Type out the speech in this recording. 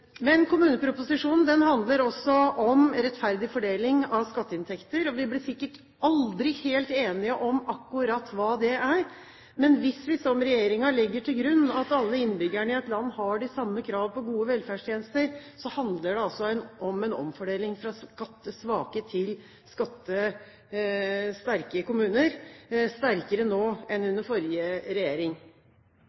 Men kommuneproposisjonen handler også om rettferdig fordeling av skatteinntekter. Vi blir sikkert aldri helt enige om akkurat hva det betyr, men hvis vi, som regjeringen, legger til grunn at alle innbyggerne i et land har de samme krav på gode velferdstjenester, handler det altså om en omfordeling fra skattesterke til skattesvake kommuner – sterkere nå enn